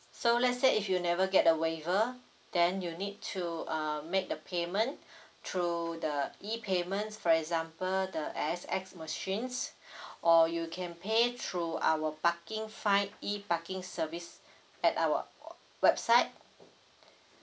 so let's say if you never get the waiver then you need to uh make the payment through the E payments for example the A_S_X machines or you can pay through our parking fine E parking service at our website